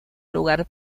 lugar